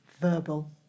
Verbal